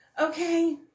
okay